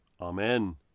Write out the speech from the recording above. Amen